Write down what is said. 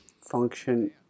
Function